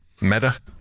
meta